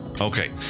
Okay